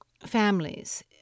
families